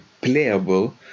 playable